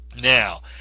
Now